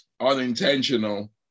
unintentional